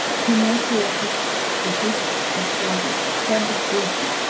king antiochus to zeuxis his father, sendeth greeting.